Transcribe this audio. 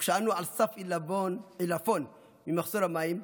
כשאנו על סף עילפון ממחסור במים,